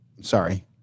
Sorry